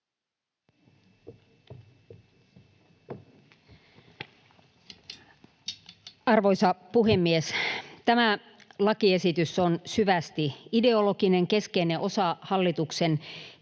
Arvoisa puhemies! Tämä lakiesitys on syvästi ideologinen, keskeinen osa hallituksen